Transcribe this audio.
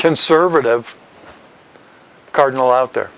conservative cardinal out there